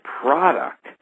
product